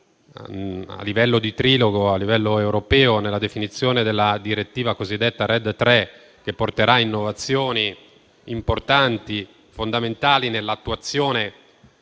a livello di trilogo e a livello europeo nella definizione della direttiva cosiddetta RED III, che porterà innovazioni importanti e fondamentali nell'attuazione della